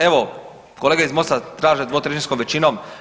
Evo kolege iz MOST-a traže dvotrećinskom većinom.